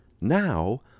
Now